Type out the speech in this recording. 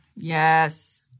Yes